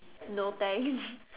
no thanks